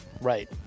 Right